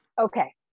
Okay